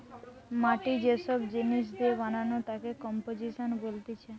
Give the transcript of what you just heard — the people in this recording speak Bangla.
মাটি যে সব জিনিস দিয়ে বানানো তাকে কম্পোজিশন বলতিছে